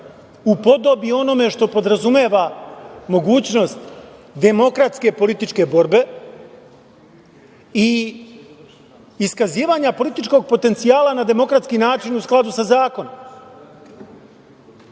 upodobi onome što podrazumeva mogućnost demokratske političke borbe i iskazivanja političkog potencijala na demokratski način u skladu sa zakonom. Ako